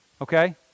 Okay